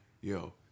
yo